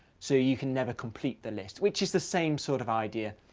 so you can never complete the list, which is the same sort of idea.